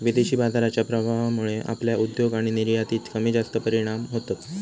विदेशी बाजाराच्या प्रभावामुळे आपल्या उद्योग आणि निर्यातीत कमीजास्त परिणाम होतत